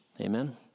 Amen